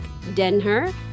Denher